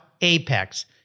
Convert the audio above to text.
Apex